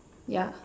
ya